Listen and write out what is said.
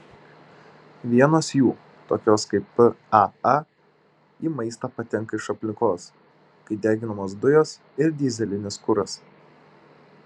vienos jų tokios kaip paa į maistą patenka iš aplinkos kai deginamos dujos ir dyzelinis kuras